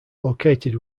located